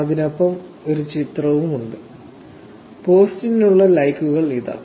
അതിനൊപ്പം ഒരു ചിത്രവും ഉണ്ട് പോസ്റ്റിനുള്ള ലൈക്കുകൾ ഇതാ